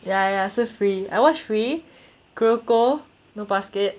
ya ya 是 free I watch free kuroko no basuke